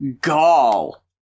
gall